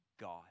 god